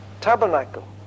tabernacle